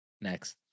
next